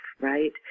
right